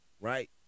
right